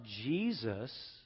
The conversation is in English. Jesus